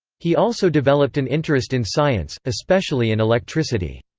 he also developed an interest in science, especially in electricity.